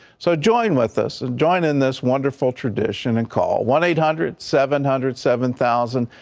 so join with us, and join in this wonderful tradition, and call one eight hundred seven hundred seven thousand,